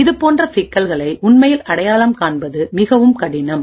இதுபோன்ற சிக்கல்களை உண்மையில் அடையாளம் காண்பது மிகவும் கடினம்